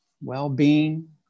well-being